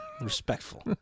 Respectful